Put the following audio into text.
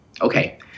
Okay